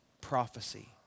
prophecy